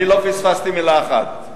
אני לא פספסתי מלה אחת.